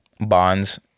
bonds